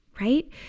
right